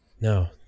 No